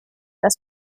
das